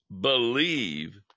believe